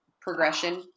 progression